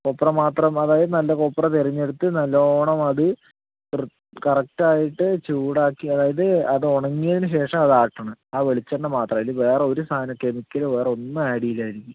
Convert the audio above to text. കൊപ്ര മാത്രം അതായത് നല്ല കൊപ്ര തിരഞ്ഞെടുത്ത് നല്ലോണം അത് കറക്ട് ആയിട്ട് ചൂടാക്കി അതായത് അത് ഉണങ്ങിയതിനു ശേഷം അത് ആട്ടണം ആ വെളിച്ചെണ്ണ മാത്രം അതിൽ വേറെ ഒരു സാധനം കെമിക്കലോ വേറെ ഒന്നും ആഡ് ചെയ്യില്ല അതിലേക്ക്